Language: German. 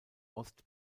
ost